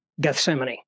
Gethsemane